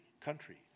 country